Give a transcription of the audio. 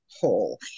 whole